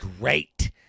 great